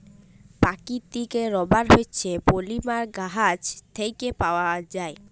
পাকিতিক রাবার হছে পলিমার গাহাচ থ্যাইকে পাউয়া যায়